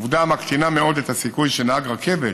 עובדה המקטינה מאוד את הסיכוי שנהג רכבת